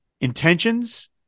intentions